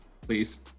Please